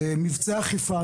מבצע האכיפה,